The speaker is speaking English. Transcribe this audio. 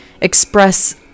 express